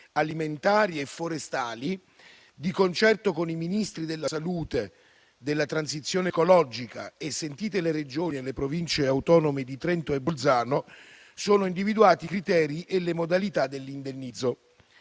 alimentari e forestali, di concerto con i Ministri della salute e della transizione ecologica e sentite le Regioni e le Province autonome di Trento e Bolzano, sono individuati i criteri e le modalità dell'indennizzo.